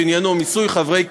שעניינו מיסוי חברי קיבוץ,